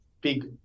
big